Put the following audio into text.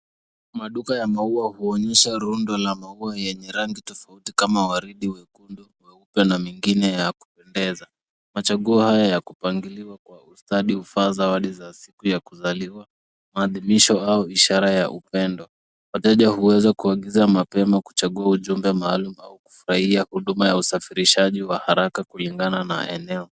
Maduka ya maua huonyesha rundo la maua yenye rangi tofauti kama waridi wekundu, weupe, na mengine ya kupendeza. Machaguo haya ya kupangiliwa kwa ustadi hufaa zawadi za siku ya kuzaliwa, maadhimisho au ishara ya upendo. Wateja huweza kuagiza mapema kuchagua ujumbe maalum au kufurahia huduma ya usafirishaji wa haraka kulingana na eneo.